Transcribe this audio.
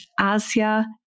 Asia